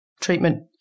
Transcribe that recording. treatment